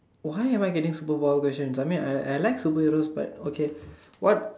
why am I getting super power questions I mean I I like superheroes but okay what